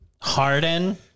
Harden